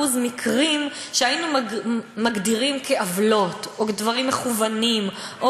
מקרים שהיינו מגדירים כעוולות או דברים מכוונים.